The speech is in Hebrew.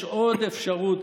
יש עוד אפשרות,